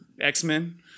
x-men